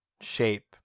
shape